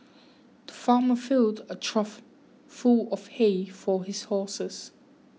the farmer filled a trough full of hay for his horses